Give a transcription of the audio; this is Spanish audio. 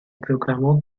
proclamó